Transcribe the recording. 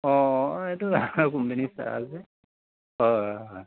অঁ এইটো কোম্পানীৰ ছাৰ যে হয় হয় হয়